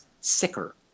sicker